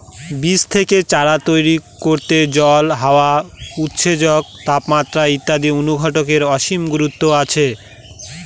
বীজ থেকে চারা তৈরি করতে জল, হাওয়া, উৎসেচক, তাপমাত্রা ইত্যাদি অনুঘটকের অসীম গুরুত্ব আছে